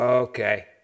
Okay